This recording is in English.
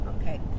Okay